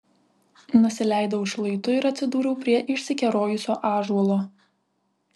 nusileidau šlaitu ir atsidūriau prie išsikerojusio ąžuolo